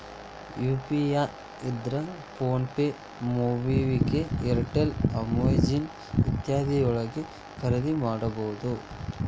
UPI ಇದ್ರ PhonePe MobiKwik Airtel Amazon ಇತ್ಯಾದಿ ಯೊಳಗ ಖರಿದಿಮಾಡಬಹುದು